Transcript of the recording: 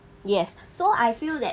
yes so I feel that